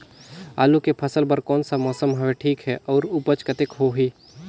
आलू के फसल बर कोन सा मौसम हवे ठीक हे अउर ऊपज कतेक होही?